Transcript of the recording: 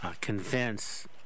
convince